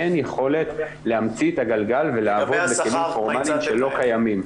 אין יכולת להמציא את הגלגל ולעבוד --- שלא קיימים.